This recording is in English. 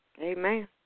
Amen